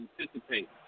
anticipate